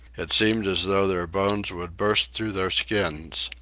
it seemed as though their bones would burst through their skins.